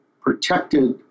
protected